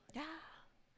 yeah